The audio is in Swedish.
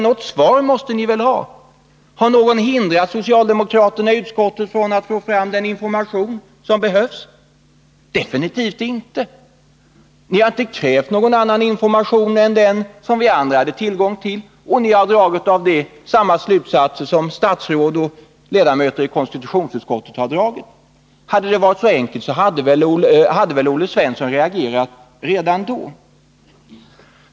Något svar måste ni väl ha. Har någon hindrat socialdemokraterna i utskottet från att få fram den information som behövdes? Nej, definitivt inte. Men ni har inte krävt någon annan information än den som vi andra hade tillgång till. Och ni har av denna information dragit samma slutsats som statsråden och övriga ledamöter i konstitutionsutskottet. Om frågan är så enkel, borde väl Olle Svensson ha reagerat redan då.